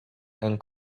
and